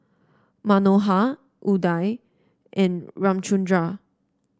Manohar Udai and Ramchundra